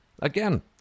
again